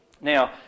Now